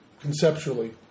conceptually